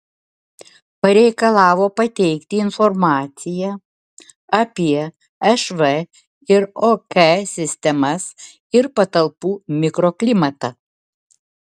pareikalavo pateikti informaciją apie šv ir ok sistemas ir patalpų mikroklimatą